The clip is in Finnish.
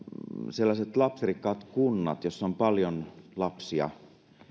sellaisissa lapsirikkaissa kunnissa joissa on paljon lapsia